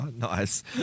Nice